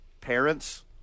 parents